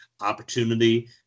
opportunity